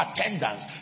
attendance